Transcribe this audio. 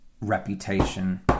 reputation